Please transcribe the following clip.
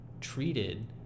treated